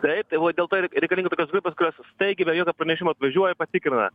taip tai va dėl to ir reikalinga tokios grupės kurios staigiai be jokio pranešimo atvažiuoja patikrina